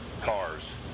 cars